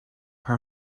her